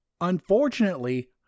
unfortunately